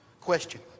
Question